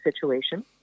situation